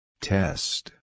Test